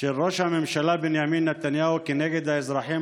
של ראש הממשלה בנימין נתניהו כנגד האזרחים